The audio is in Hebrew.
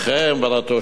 ועל התושב,